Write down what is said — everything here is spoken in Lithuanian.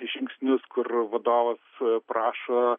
žingsnius kur vadovas prašo